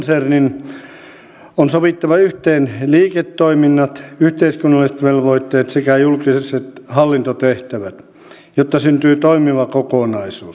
metsähallitus konsernin on sovitettava yhteen liiketoiminnat yhteiskunnalliset velvoitteet sekä julkiset hallintotehtävät jotta syntyy toimiva kokonaisuus